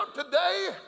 today